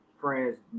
friends